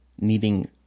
needing